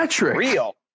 real